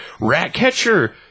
Ratcatcher